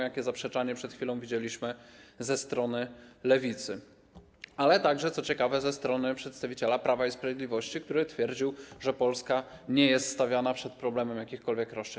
Takie zaprzeczanie przed chwilą widzieliśmy ze strony Lewicy, ale także, co ciekawe, ze strony przedstawiciela Prawa i Sprawiedliwości, który twierdził, że Polska nie jest stawiana przed problemem jakichkolwiek roszczeń.